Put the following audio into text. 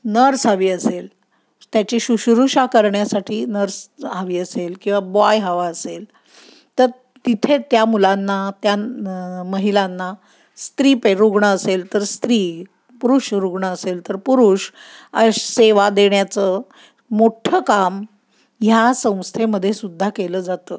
nurse हवी असेल त्याची शुश्रूषा करण्यासाठी नर्स हवी असेल किंवा बॉय हवा असेल तर तिथे त्या मुलांना त्या महिलांना स्त्री रुग्ण असेल तर स्त्री पुरुष रुग्ण असेल तर पुरुष सेवा देण्याचं मोठं काम ह्या संस्थेमध्ये सुद्धा केलं जातं